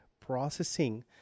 processing